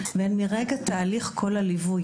והן מרגע תהליך כל הליווי.